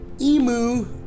Emu